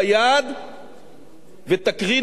ותקרין אמינות ויציבות לכל העולם,